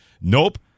Nope